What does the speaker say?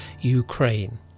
Ukraine